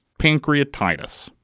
pancreatitis